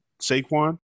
Saquon